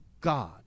God